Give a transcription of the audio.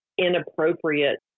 inappropriate